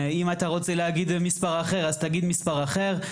אם אתה רוצה להגיד מספר אחר אז תגיד מספר אחר,